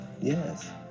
Yes